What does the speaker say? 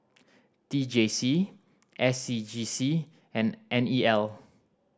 T J C S C G C and N E L